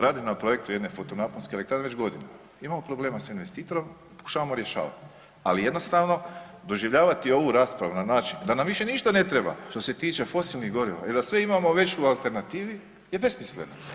Radim na projektu jedne naponske foto-naponske elektrane već godinama, imamo problema sa investitorom, pokušavamo rješavati ali jednostavno doživljavati ovu raspravu na način da nam više ništa ne treba što se tiče fosilnih goriva i da sve imamo već u alternativi je besmisleno.